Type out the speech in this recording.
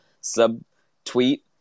sub-tweet